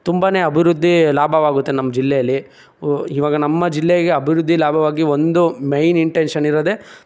ತುಂಬನೇ ಅಭಿವೃದ್ಧಿ ಲಾಭವಾಗುತ್ತೆ ನಮ್ಮ ಜಿಲ್ಲೆಯಲ್ಲಿ ಈವಾಗ ನಮ್ಮ ಜಿಲ್ಲೆಗೆ ಅಭಿವೃದ್ದಿ ಲಾಭವಾಗಿ ಒಂದು ಮೇಯ್ನ್ ಇಂಟೆನ್ಷನ್ ಇರೋದೇ